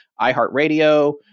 iHeartRadio